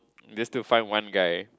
least to find one guy